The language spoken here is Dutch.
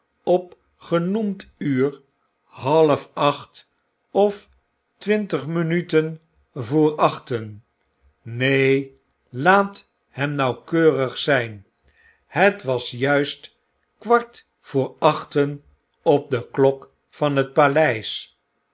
op genoemd uur half acht of twintig minuten voor achten neen laat hem nauwkeurig zgn het was juist kwart voor achten op de klok van het paleis